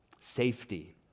safety